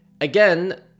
Again